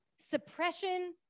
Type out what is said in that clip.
suppression